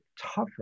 tougher